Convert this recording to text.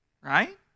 right